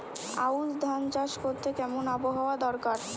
আউশ ধান চাষ করতে কেমন আবহাওয়া দরকার?